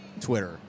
Twitter